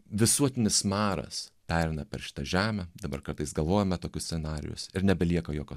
visuotinis maras pereina per šitą žemę dabar kartais galvojame tokius scenarijus ir nebelieka jokio